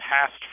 past